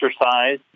exercise